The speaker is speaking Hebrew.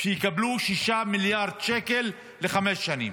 לקבל 6 מיליארד שקלים לחמש שנים.